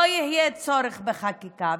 לא יהיה צורך בחקיקה.